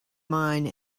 mine